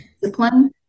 discipline